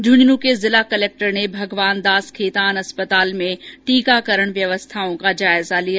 झूंझुनूं के जिला कलक्टर ने भगवानदास खेतान अस्पताल में टीकाकरण व्यवस्थाओं का जायजा लिया